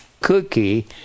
cookie